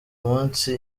munsi